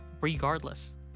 regardless